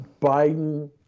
Biden